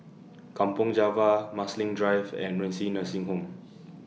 Kampong Java Marsiling Drive and Renci Nursing Home